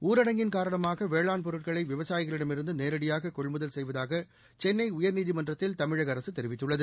ஊரடங்கின் காரணமாக வேளாண் பொருட்களை விவசாயிகளிடமிருந்து நேரடியாக கொள்முதல் செய்வதாக சென்னை உயர்நீதிமன்றத்தில் தமிழக அரசு தெரிவித்துள்ளது